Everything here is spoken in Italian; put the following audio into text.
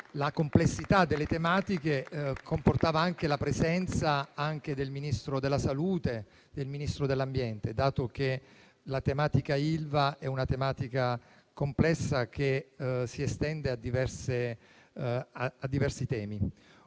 La complessità delle tematiche comportava anche la presenza del Ministro della salute e del Ministro dell'ambiente, dato che la tematica Ilva è complessa e si estende a diversi temi.